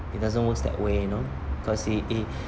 it doesn't work that way you know cause it it